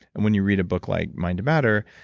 and when you read a book like mind to matter,